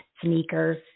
sneakers